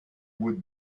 would